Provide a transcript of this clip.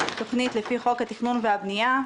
תוכנית לפי חוק התכנון והבנייה,